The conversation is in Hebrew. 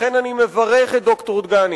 לכן אני מברך את ד"ר דגני